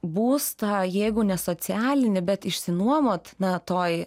būstą jeigu ne socialinį bet išsinuomot na toj